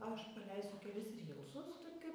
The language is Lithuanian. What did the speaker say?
aš paleisiu kelis rylsus kaip